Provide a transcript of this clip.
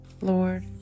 Lord